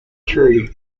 tree